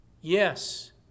Yes